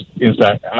inside